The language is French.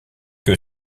que